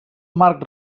marc